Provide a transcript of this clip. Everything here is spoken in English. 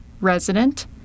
resident